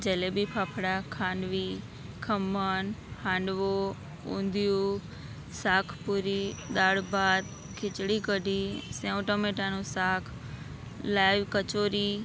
જલેબી ફાફડા ખાંડવી ખમણ હાંડવો ઊંધિયું શાક પૂરી દાળ ભાત ખિચડી કઢી સેવ ટામેટાંનું શાક લાઈવ કચોરી